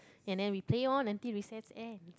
and then we play loh until recess end